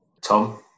Tom